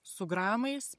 su gramais